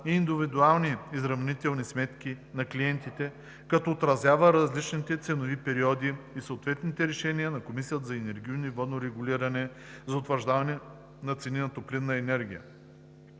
и индивидуални изравнителни сметки на клиентите, като отразява различните ценови периоди и съответните решения на Комисията за енергийно и водно регулиране за утвърждаване на цени на топлинна енергия.